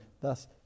thus